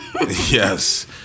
yes